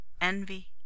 envy